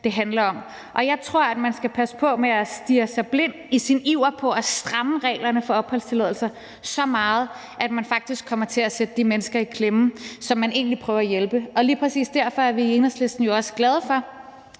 det handler om, og jeg tror, at man i sin iver efter at stramme reglerne for opholdstilladelser skal passe på med at stirre sig så meget blind, at man faktisk kommer til at sætte de mennesker i klemme, som man egentlig prøver at hjælpe, og lige præcis derfor er vi i Enhedslisten jo også glade for,